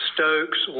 Stokes